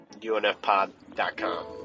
UNFPod.com